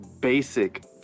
basic